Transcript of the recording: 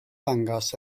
ddangos